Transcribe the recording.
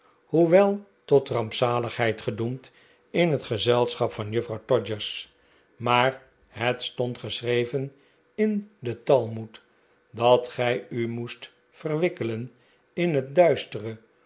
hoewel tot rampzaligheid gedoemd in het gezelschap van juffrouw todgers maar het stond geschreven in den talmud dat gij u moest verwikkelen in het duistere